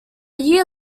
year